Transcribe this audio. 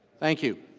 thank you.